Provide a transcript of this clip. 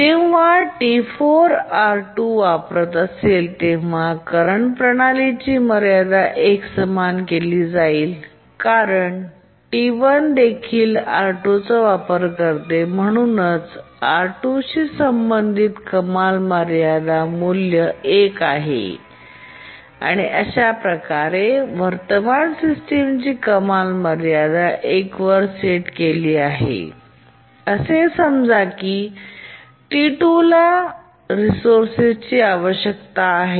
जेव्हा T4 R2 वापरत असेल तेव्हा करंट प्रणालीची मर्यादा 1 समान केली जाईल कारण T1 देखील R2 चा वापर करते आणि म्हणूनच R2 शी संबंधित कमाल मर्यादा मूल्य 1 आहे आणि अशा प्रकारे वर्तमान सिस्टमची कमाल मर्यादा 1 वर सेट केली आहे असे समजा T2 ला रिसोर्सची आवश्यकता आहे